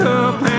up